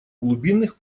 глубинных